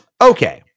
Okay